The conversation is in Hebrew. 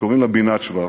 קוראים לה בינת שוורץ,